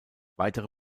weitere